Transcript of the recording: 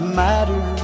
matter